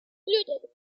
included